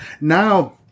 Now